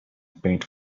paint